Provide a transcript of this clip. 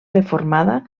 reformada